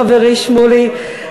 חברי שמולי,